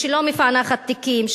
שלא מפענחת תיקים,